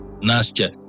Nastya